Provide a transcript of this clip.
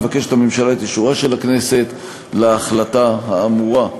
מבקשת הממשלה את אישורה של הכנסת להחלטה האמורה.